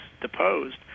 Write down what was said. deposed